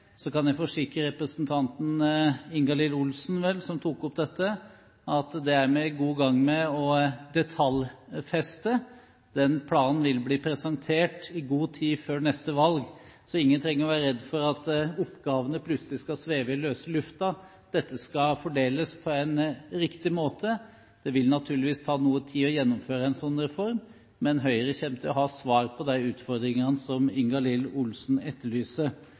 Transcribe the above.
kan jeg forsikre representanten Ingalill Olsen, som vel tok opp dette, om at det er vi godt i gang med å detaljfeste. Den planen vil bli presentert i god tid før neste valg. Ingen trenger å være redd for at oppgavene plutselig skal sveve i løse luften. Dette skal fordeles på en riktig måte. Det vil naturligvis ta noe tid å gjennomføre en sånn reform, men Høyre kommer til å ha svar på de utfordringene som Ingalill Olsen etterlyser.